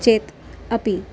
चेत् अपि